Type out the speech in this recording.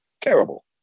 Terrible